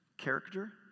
character